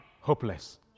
Hopeless